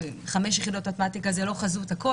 5 יחידות מתמטיקה זה לא חזות הכול,